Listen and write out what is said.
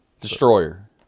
destroyer